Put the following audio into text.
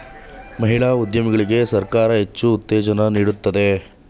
ಮಹಿಳಾ ಉದ್ಯಮಿಗಳಿಗೆ ಸರ್ಕಾರ ಹೆಚ್ಚು ಉತ್ತೇಜನ ನೀಡ್ತಿದೆ